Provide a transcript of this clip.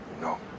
No